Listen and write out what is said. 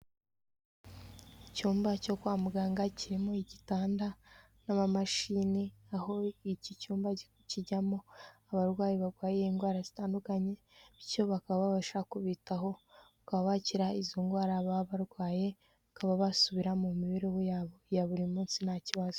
Icyumba cyo kwa muganga kirimo igitanda n'amamashini aho iki cyumbakijyamo abarwayi barwaye indwara zitandukanye bityo bakaba babasha kubitaho bakabakira izo ndwara baba barwaye bakaba basubira mu mibereho yabo ya buri munsi nta kibazo.